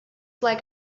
like